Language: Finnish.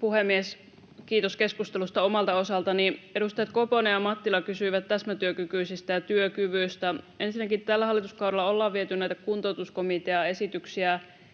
puhemies! Kiitos keskustelusta omalta osaltani. Edustajat Koponen ja Mattila kysyivät täsmätyökykyisistä ja työkyvystä. Ensinnäkin tällä hallituskaudella ollaan viety näitä kuntoutuskomitean esityksiä